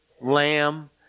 Lamb